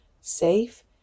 safe